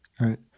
Right